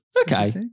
Okay